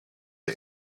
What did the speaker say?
die